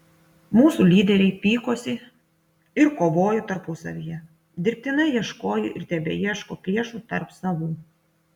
mūsų lyderiai pykosi ir kovojo tarpusavyje dirbtinai ieškojo ir tebeieško priešų tarp savų